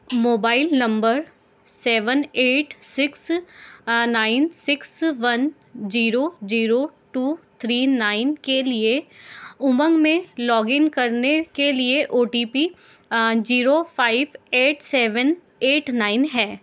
mobile number seven eight six nine six one zero zero two three nine के लिए उमंग में login करने के लिए O T P zero five eight seven eight nine है